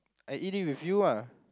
I eat it with you ah